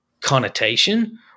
connotation